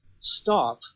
stop